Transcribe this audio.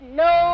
no